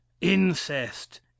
incest